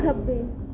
ਖੱਬੇ